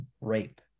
rape